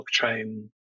blockchain